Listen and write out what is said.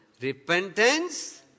repentance